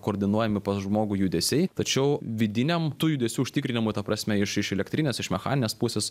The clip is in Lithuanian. koordinuojami pas žmogų judesiai tačiau vidiniam tų judesių užtikrinimui ta prasme iš iš elektrinės iš mechaninės pusės